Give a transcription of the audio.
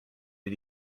but